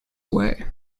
away